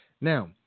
Now